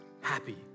happy